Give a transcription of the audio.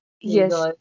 Yes